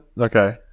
okay